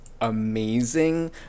amazing